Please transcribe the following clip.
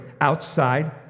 outside